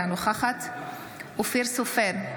אינה נוכחת אופיר סופר,